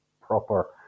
proper